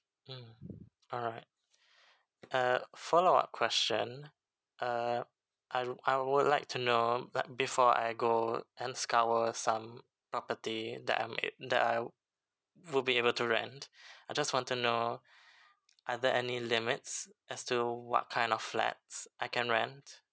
mm alright uh follow up question uh I I would like to know like before I go and scour some property that I'm it that I would be able to rent I just want to know are there any limits as to what kind of flats I can rent